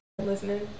listening